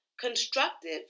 constructive